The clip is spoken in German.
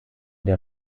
der